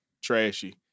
trashy